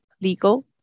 legal